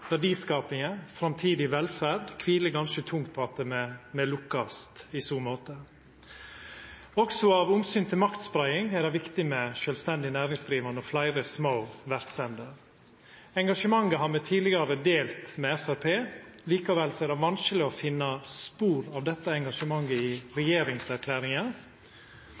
og framtidig velferd kviler ganske tungt på at me lukkast i så måte. Også av omsyn til maktspreiing er det viktig med sjølvstendig næringsdrivande og fleire små verksemder. Dette engasjementet har me tidlegare delt med Framstegspartiet. Likevel er det vanskeleg å finna spor av dette engasjementet i regjeringserklæringa.